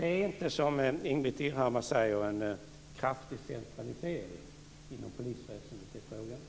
Det är inte, såsom Ingbritt Irhammar säger, fråga om en kraftig centralisering inom polisväsendet.